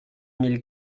mille